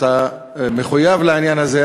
אתה מחויב לעניין הזה.